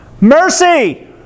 mercy